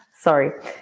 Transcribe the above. Sorry